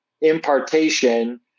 impartation